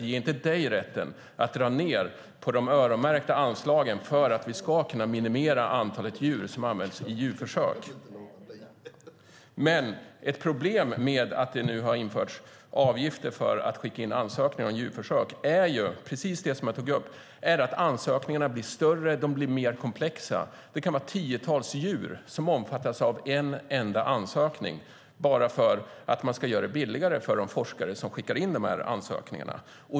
Det ger inte dig rätten att dra ned på de öronmärkta anslagen för att vi ska kunna minimera antalet djur som används i djurförsök. Ett problem med att det nu har införts avgifter för att skicka in ansökningar om djurförsök är, precis det som jag tog upp, att ansökningarna blir större och mer komplexa. Det kan vara tiotals djur som omfattas av en enda ansökan, bara för att man ska göra det billigare för de forskare som skickar in ansökningarna.